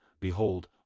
behold